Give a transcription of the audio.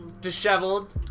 disheveled